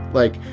like,